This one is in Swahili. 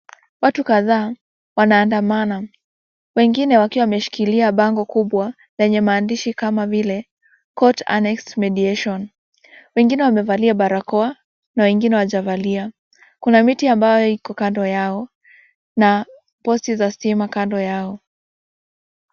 Watu kadhaa wanaandamana wengine wakiwa wameshikilia bango kubwa lenye maandishi kama vile court annexed mediation , wengine wamevalia barakoa na wengine hawajavalia. Kuna miti ambayo iko kanfo yao na posti za stima kando yao.